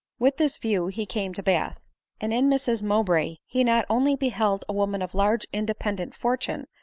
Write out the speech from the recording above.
with this view he came to bath and in mrs mowbray he not only beheld a woman of large independent fortune,